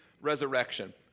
resurrection